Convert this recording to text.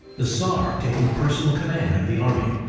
the tsar taking personal command of the army,